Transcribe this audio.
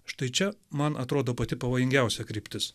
štai čia man atrodo pati pavojingiausia kryptis